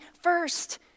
first